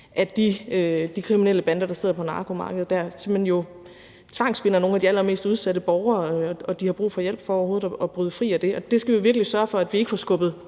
at de kriminelle bander, der sidder på narkomarkedet dér, jo simpelt hen tvangsbinder nogle af de allermest udsatte borgere, og at de har brug for hjælp for overhovedet at bryde fri af det. Det skal vi virkelig sørge for at vi ikke får skubbet